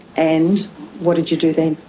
and what did you do then?